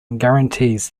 guarantees